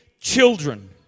children